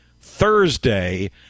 Thursday